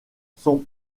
son